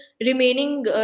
remaining